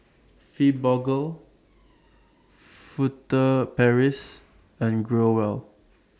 Fibogel Furtere Paris and Growell